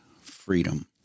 freedom